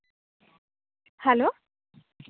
hello